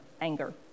anger